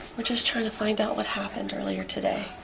we're just trying to find out what happened earlier today.